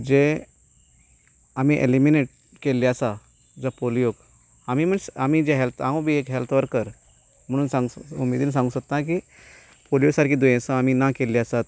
जें आमी एलिमीनेट केल्ले आसा जो पोलियोक आमी मिन्स आमी जें हांव बी एक हॅल्थ वर्कर म्हणून उमेदिन सागूंक सोदतां की पोलियो सारकीं दुयेंसां आमी ना केल्ली आसात